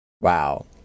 Wow